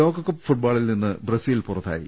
ലോകകപ്പ് ഫുട്ബോളിൽനിന്ന് ബ്രസീൽ പുറത്താ യി